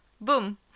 boom